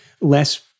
less